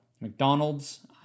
McDonald's